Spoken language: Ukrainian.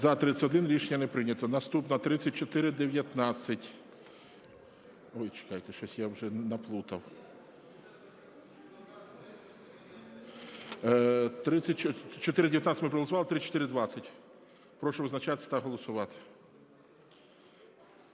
За-31 Рішення не прийнято. Наступна - 3419. Ой, чекайте, щось я вже наплутав. 3419 ми проголосували. 3420. Прошу визначатись та голосувати.